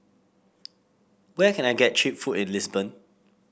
where can I get cheap food in Lisbon